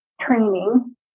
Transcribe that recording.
training